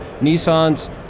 Nissan's